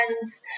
friends